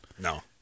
No